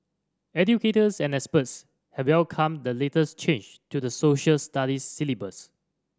educators and experts have welcomed the latest change to the Social Studies syllabus